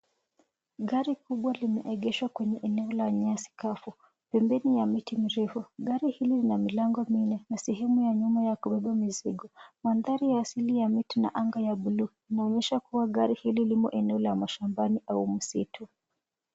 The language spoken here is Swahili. Gari kubwa limeegeshwa kwenye eneo la nyasi kavu pembeni mwa miti mirefu. Gari hili lina milango minne na sehemu ya nyuma ya kubeba mizigo. Mandhari ya asili ya mti ina anga ya buluu. Inaonyesha kuwa gari hili limo eneo la mashambani au msitu.